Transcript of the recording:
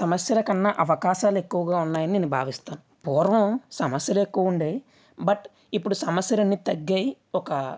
సమస్యల కన్నా అవకాశాలు ఎక్కువగా ఉన్నాయని నేను భావిస్తాను పూర్వం సమస్యలు ఎక్కువ ఉండేవి బట్ ఇప్పుడు సమస్యలన్నీ తగ్గాయి ఒక